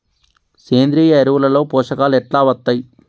సేంద్రీయ ఎరువుల లో పోషకాలు ఎట్లా వత్తయ్?